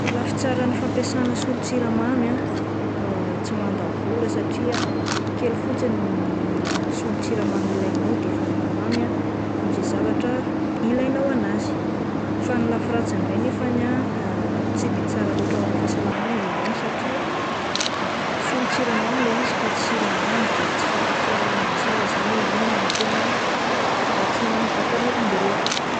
Lafy tsaran'ny fampiasana solon-tsiramamy ah tsy mandany vola satria kely fotsiny ny il-solon-tsiramamy ilainao de efa maha mamy izay zavatra ilainao anazy, fa ny lafy ratsiny indray nefany ah tsy de tsara loatra hoa an'ny fahasalamana izy ireny satria solon-tsiramamy ilay izy fa tsy siramamy de tsy fantatra mazava zany hoe inona no tena voka-dratsiny hoan'ny vatan'olombelona.